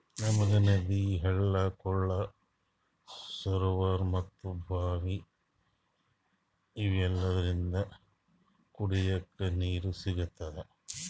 ನಮ್ಗ್ ನದಿ ಹಳ್ಳ ಕೊಳ್ಳ ಸರೋವರಾ ಮತ್ತ್ ಭಾವಿ ಇವೆಲ್ಲದ್ರಿಂದ್ ಕುಡಿಲಿಕ್ಕ್ ನೀರ್ ಸಿಗ್ತದ